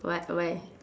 what why